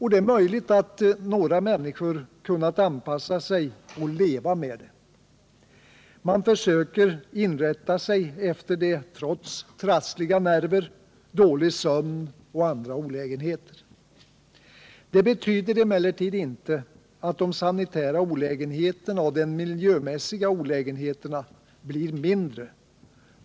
Det är möjligt att några människor kunnat anpassa sig och leva med det. Man försöker inrätta sig efter det trots trassliga nerver, dålig sömn och andra olägenheter. Det betyder emellertid inte att de sanitära och miljömässiga olägenheterna blir mindre.